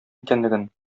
икәнлеген